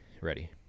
ready